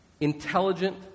intelligent